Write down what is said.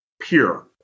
pure